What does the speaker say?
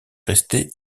resté